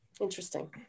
Interesting